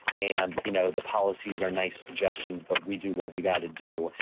and, you know, the policies are nice suggestions, but we do what we got to do.